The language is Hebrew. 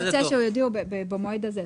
לא, אבל הוא רוצה שיודיעו במועד הזה.